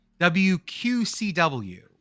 WQCW